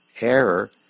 error